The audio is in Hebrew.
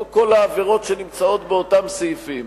לא כל העבירות שבאותם סעיפים.